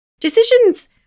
Decisions